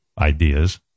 ideas